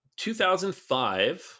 2005